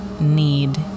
need